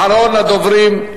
אחרון הדוברים,